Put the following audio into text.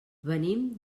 venim